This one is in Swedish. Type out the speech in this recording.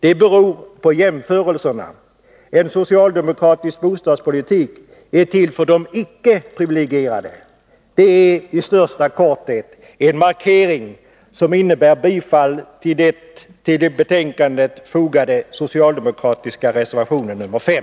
Det beror på jämförelserna. En socialdemokratisk bostadspolitik är till för de icke privilegierade. Det är i största korthet — en markering som innebär bifall till den till betänkandet fogade socialdemokratiska reservationen nr 5.